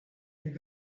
could